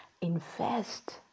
invest